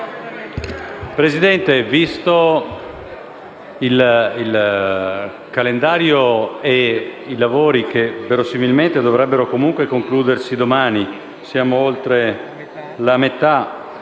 Presidente, visto il calendario dei lavori, i quali verosimilmente dovrebbero comunque concludersi domani, e visto che siamo oltre la metà